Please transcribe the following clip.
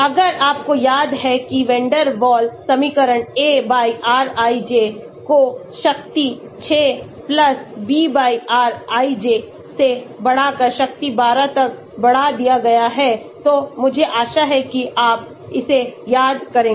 अगर आपको याद है कि वैन डर वाल समीकरण A rij को शक्ति 6 B rij से बढ़ाकर शक्ति 12 तक बढ़ा दिया गया है तो मुझे आशा है कि आप इसे याद करेंगे